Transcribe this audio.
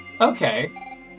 Okay